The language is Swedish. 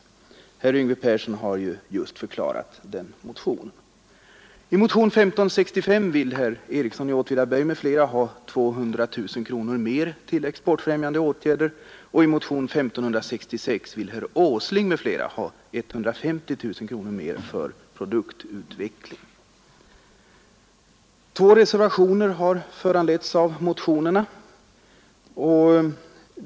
Herr Yngve Persson har just förklarat den motionen. I motionen 1565 vill herr Ericsson i Åtvidaberg m.fl. ha 200 000 kronor mer till exportfrämjande åtgärder, och i motionen 1566 vill herr Åsling m.fl. ha 150 000 kronor mer för produktutveckling. Två reservationer har föranletts av motionerna.